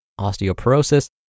osteoporosis